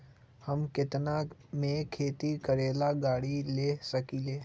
हम केतना में खेती करेला गाड़ी ले सकींले?